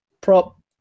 prop